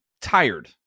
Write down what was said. tired